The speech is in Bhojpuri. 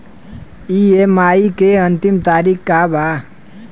ई.एम.आई के अंतिम तारीख का बा?